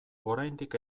oraindik